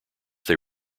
they